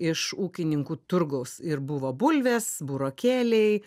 iš ūkininkų turgaus ir buvo bulvės burokėliai